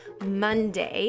Monday